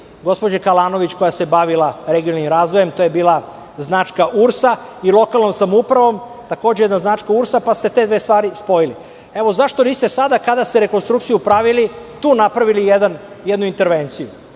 gospođe Kalanović koja se bavila regionalnim razvojem, to je bila značka URS i lokalnom samoupravom, takođe jedna značka URS, pa ste te dve stvari spojili. Zašto niste sada kada ste pravili rekonstrukciju tu napravili jednu intervenciju?